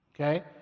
Okay